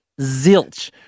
zilch